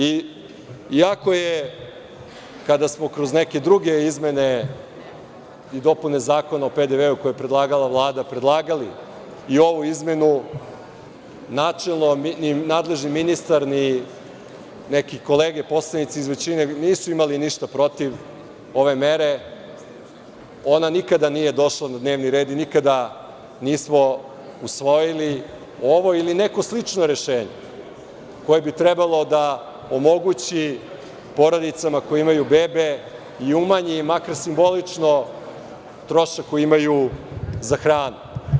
Iako, kada smo kroz neke druge izmene i dopune Zakona o PDV-u, koje je predlagala Vlada, predlagali i ovu izmenu, nadležni ministar, ni neke kolege poslanici iz većine nisu imali ništa protiv ove mere, ona nikada nije došla na dnevni red i nikada nismo usvojili ovo ili neko slično rešenje koje bi trebalo da omogući porodicama koje imaju bebe i umanji im makar simbolično trošak koji imaju za hranu.